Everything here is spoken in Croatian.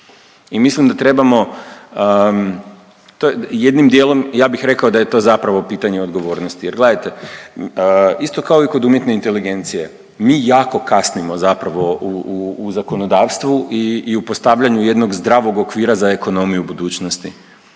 i mislim da trebamo to jednim dijelom ja bih rekao da je to zapravo pitanje odgovornosti jer gledajte isto kao i kod umjetne inteligencije mi jako kasnimo zapravo u zakonodavstvu i u postavljanju jednog zdravog okvira za ekonomiju budućnosti.